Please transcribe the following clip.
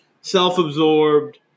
self-absorbed